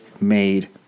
made